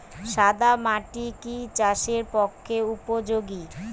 সাদা মাটি কি চাষের পক্ষে উপযোগী?